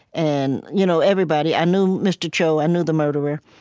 and you know everybody i knew mr. cho, i knew the murderer.